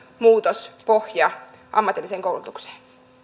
muutospohja ammatilliseen koulutukseen